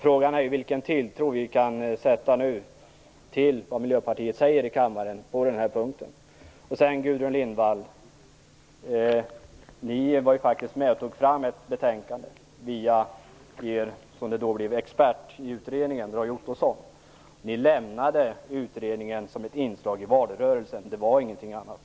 Frågan är vilken tilltro vi nu kan sätta till vad Miljöpartiet säger i kammaren på den här punkten. Gudrun Lindvall! Ni var ju faktiskt med och tog fram ett betänkande via er - som det då blev - expert i utredningen, Roy Ottosson. Ni lämnade utredningen som ett inslag i valrörelsen - det var ingenting annat,